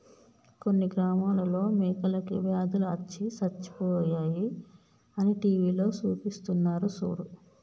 కొన్ని గ్రామాలలో మేకలకి వ్యాధులు అచ్చి సచ్చిపోయాయి అని టీవీలో సూపిస్తున్నారు సూడు